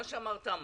מה שאמרת אמרת,